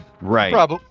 Right